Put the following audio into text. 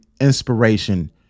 inspiration